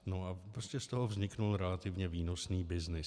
No a prostě z toho vznikl relativně výnosný byznys.